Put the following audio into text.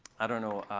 i don't know,